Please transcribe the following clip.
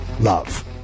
love